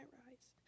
rise